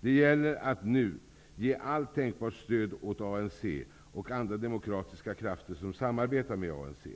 Det gäller att nu ge allt tänkbart stöd åt ANC och andra demokratiska krafter som samarbetar med ANC.